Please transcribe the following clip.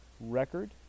Record